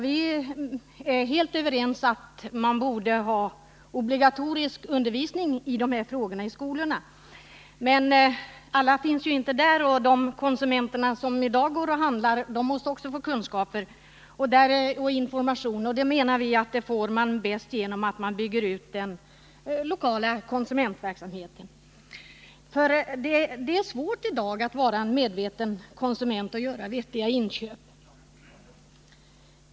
Vi är helt överens om att man borde ha obligatorisk undervisning i de här frågorna i skolan. Men alla konsumenter finns ju inte där, och de konsumenter som i dag går och handlar måste också få information. Det anser vi att de bäst får genom att man bygger ut den lokala konsumentverksamheten. Det är i dag svårt att vara en medveten konsument och göra vettiga inköp.